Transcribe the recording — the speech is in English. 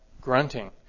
grunting